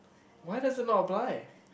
why doesn't apply